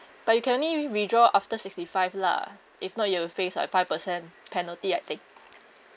but you can only withdraw after sixty-five lah if not you will face like five percent penalty I think